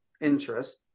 interest